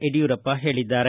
ಯಡಿಯೂರಪ್ಪ ಹೇಳಿದ್ದಾರೆ